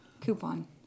Coupon